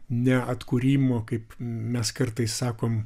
neatkūrimo kaip mes kartais sakom